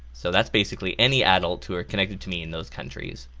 so that's basically any adults who are connected to me in those countries.